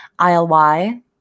ILY